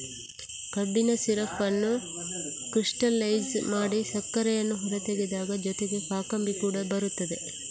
ಕಬ್ಬಿನ ಸಿರಪ್ ಅನ್ನು ಕ್ರಿಸ್ಟಲೈಜ್ ಮಾಡಿ ಸಕ್ಕರೆಯನ್ನು ಹೊರತೆಗೆದಾಗ ಜೊತೆಗೆ ಕಾಕಂಬಿ ಕೂಡ ಬರುತ್ತದೆ